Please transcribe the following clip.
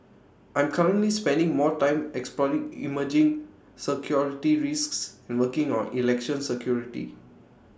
I'm currently spending more time exploring emerging security risks and working on election security